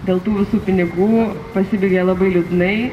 dėl tų visų pinigų pasibaigė labai liūdnai